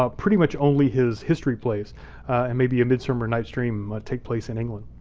ah pretty much only his history plays and maybe a midsummer night's dream take place in england.